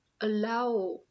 allow